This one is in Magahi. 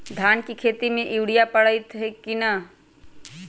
धान के खेती में यूरिया परतइ कि न?